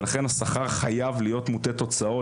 לכן השכר חייב להיות מוטה תוצאות.